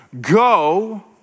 Go